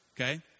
okay